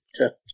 Okay